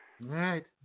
right